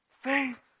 faith